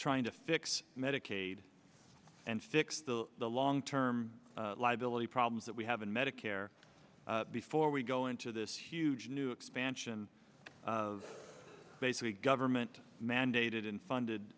trying to fix medicaid and fix the long term liability problems that we have in medicare before we go into this huge new expansion of basically government mandated and funded